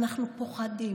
אנחנו פוחדים.